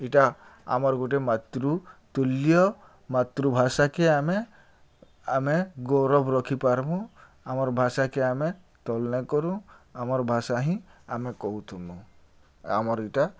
ଏଇଟା ଆମର୍ ଗୋଟେ ମାତୃ ତୁଲ୍ୟ ମାତୃଭାଷାକେ ଆମେ ଆମେ ଗୌରବ ରଖିପାରମୁ ଆମର୍ ଭାଷାକେ ଆମେ ତଲ୍ ନା କରୁ ଆମର୍ ଭାଷା ହିଁ ଆମେ କହୁଥୁ ଆମର ଇଟା